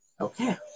Okay